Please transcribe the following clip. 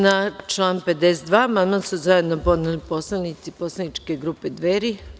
Na član 52. amandman su podneli narodni poslanici poslaničke grupe Dveri.